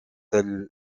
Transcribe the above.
elle